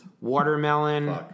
watermelon